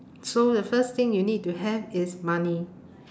so the first thing you need to have is money